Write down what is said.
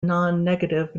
nonnegative